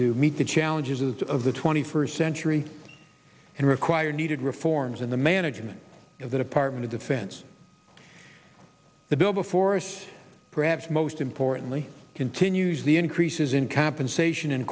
to meet the challenges of the twenty first century and require needed reforms in the management of the department of defense the bill before us perhaps most importantly continues the increases in compensation and